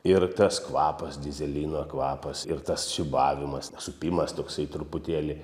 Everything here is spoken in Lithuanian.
ir tas kvapas dyzelino kvapas ir tas siūbavimas tas supimas toksai truputėlį